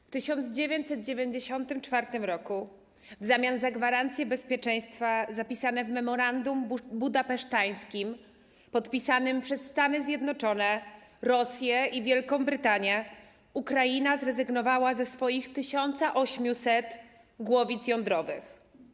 W 1994 r. w zamian za gwarancje bezpieczeństwa zapisane w memorandum budapeszteńskim, podpisanym przez Stany Zjednoczone, Rosję i Wielką Brytanię, Ukraina zrezygnowała ze swoich 1800 głowic jądrowych.